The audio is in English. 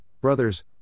brothers